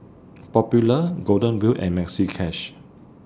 Popular Golden Wheel and Maxi Cash